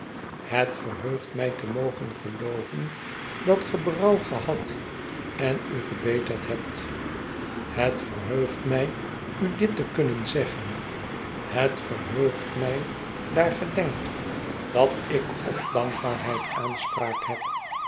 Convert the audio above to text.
het verheugt mij te mogen gelooven dat ge berouw gehad en u gebeterd hebt het verheugt mij u dit te kunnen zeggen het verheugt mij daar ge denkt dat ik op dankbaarheid aanspraak heb